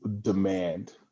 demand